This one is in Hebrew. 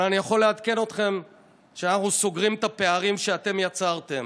אבל אני יכול לעדכן אתכם שאנחנו סוגרים את הפערים שאתם יצרתם.